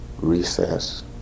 recess